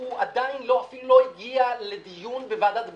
אפילו עדיין לא הגיע לדיון בוועדת ביקורת,